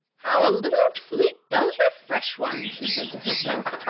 how a little sleep does refresh one, she said to herself,